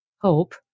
hope